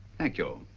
thank you.